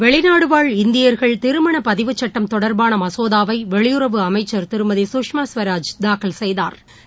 வெளிநாடுவாழ் இந்தியர்கள் திருமணபதிவு சட்டம் தொடர்பானமசோதாவைவெளியுறவு அமைச்சர் திரு சுஷ்மா ஸ்வராஜ் தாக்கல் செய்தாா்